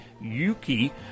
Yuki